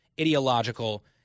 ideological